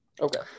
Okay